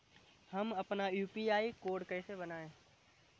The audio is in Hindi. हम अपना यू.पी.आई कोड कैसे बनाएँ?